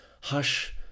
hush